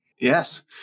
Yes